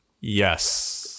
Yes